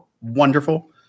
wonderful